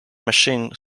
machine